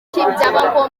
byaba